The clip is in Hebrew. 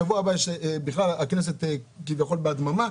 שבוע הבא הכנסת כביכול בהדממה.